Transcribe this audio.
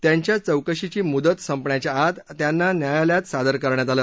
त्यांच्या चौकशीची मुदत संपण्याच्या आत त्यांना न्यायालयात सादर करण्यात आलं